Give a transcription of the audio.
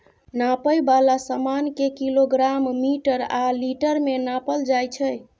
नापै बला समान केँ किलोग्राम, मीटर आ लीटर मे नापल जाइ छै